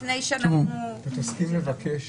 צריך לבקש